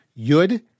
Yud